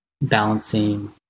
balancing